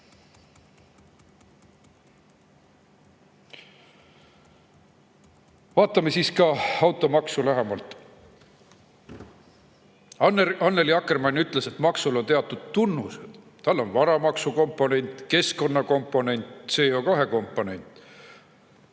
Vaatame siis ka automaksu lähemalt. Annely Akkermann ütles, et maksul on teatud tunnused: sellel on varamaksukomponent, keskkonnakomponent, CO2-komponent.